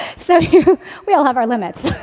so yeah we all have our limits.